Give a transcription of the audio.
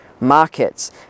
markets